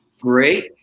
Great